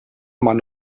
man